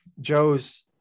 joe's